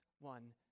one